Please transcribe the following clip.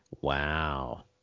wow